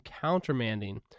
countermanding